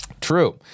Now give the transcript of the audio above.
True